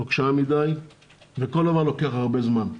נוקשה מדי וכל דבר לוקח הרבה זמן.